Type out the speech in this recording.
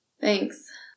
Thanks